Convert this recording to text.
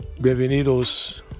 Bienvenidos